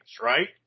right